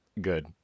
Good